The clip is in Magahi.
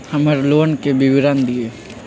हमर लोन के विवरण दिउ